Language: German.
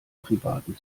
privaten